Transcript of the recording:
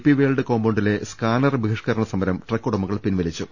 P World കോമ്പൌണ്ടിലെ scanner ബഹി ഷ്കരണ സമരം ട്രക്ക് ഉടമകൾ പിൻവലിച്ചു